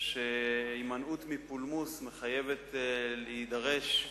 שהימנעות מפולמוס מחייבת להידרש,